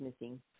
missing